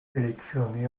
sélectionné